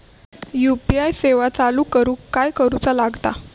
UPI सेवा चालू करूक काय करूचा लागता?